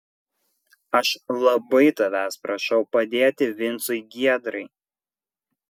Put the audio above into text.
aš labai tavęs prašau padėti vincui giedrai